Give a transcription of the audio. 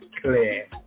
clear